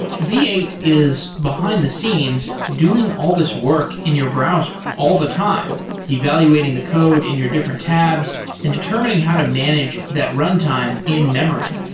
v eight is behind-the-scenes doing all these work in your browser all the time, evaluating the code in your different tabs and determining how to manage that runtime in-memory.